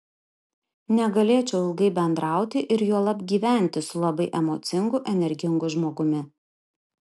negalėčiau ilgai bendrauti ir juolab gyventi su labai emocingu energingu žmogumi